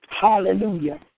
Hallelujah